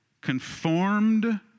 Conformed